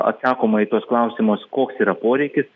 atsakoma į tuos klausimus koks yra poreikis